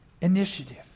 Initiative